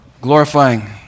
Glorifying